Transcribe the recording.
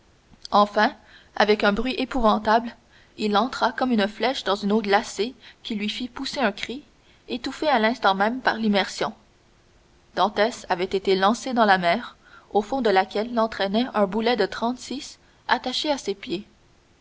enfin avec un bruit épouvantable il entra comme une flèche dans une eau glacée qui lui fit pousser un cri étouffé à l'instant même par l'immersion dantès avait été lancé dans la mer au fond de laquelle l'entraînait un boulet de trente-six attaché à ses pieds